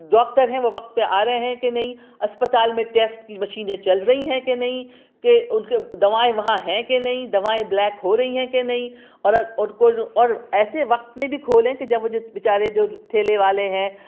doctor ہیں وہ وقت پہ آ رہے ہیں کہ نہیں اسپتال میں ٹیسٹ کی مشینیں چل رہی ہیں کہ نہیں کہ اُن کے دوائیں وہاں ہیں کہ نہیں دوائیں بلیک ہو رہی ہیں کہ نہیں اور اور ایسے وقت میں بھی کھولیں کہ جب جس بیچارے جو ٹھیلے والے ہیں